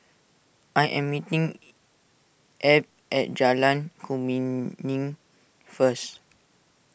I am meeting Ebb at Jalan Kemuning first